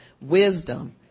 wisdom